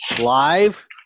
live